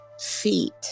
feet